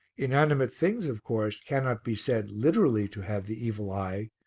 inanimate things, of course, cannot be said literally to have the evil eye,